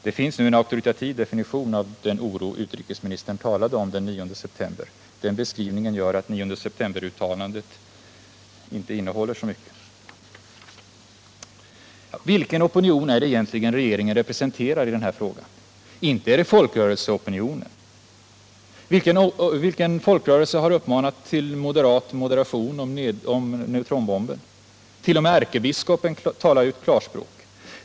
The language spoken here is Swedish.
Det finns nu en auktoritativ definition av den oro utrikesministern talade om den 9 september — den beskrivningen gör att 9 september-uttalandet inte innehåller så mycket. Vilken opinion är det egentligen regeringen representerar i den här frågan? Inte är det folkrörelseopinionen. Vilken folkrörelse har uppmanat till moderat moderation om neutronbomben? T. o. m. ärkebiskopen talar klarspråk.